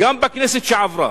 גם בכנסת שעברה,